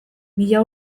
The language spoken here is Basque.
mila